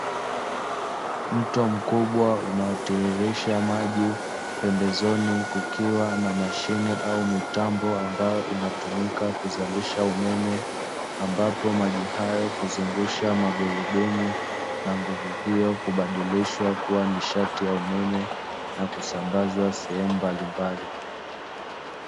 Mto mkubwa unaotiririsha maji, pembezoni kukiwa na mashine au mitambo ambayo inatumika kuzalisha umeme, ambapo maji hayo huzungusha magurudumu na nguvu hiyo kubadilishwa kuwa nishati ya umeme na kusambazwa sehemu mbalimbali.